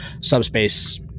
subspace